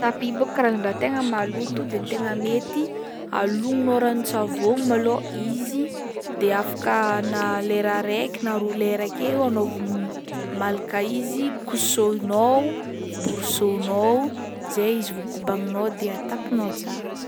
Tapis boaka karazan-draha tegna maloto de ny tegna mety alognonao ranon-tsavôgno malôha izy de afaka na lera araiky na roa lera ake anao vao malaka izy, kosohinao, borosônao zay izy vao kobagninao de atapinao tsara.